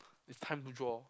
it's time to draw